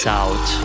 out